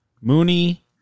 Mooney